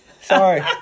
sorry